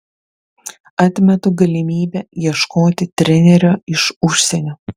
atmetu galimybę ieškoti trenerio iš užsienio